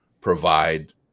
provide